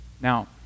Now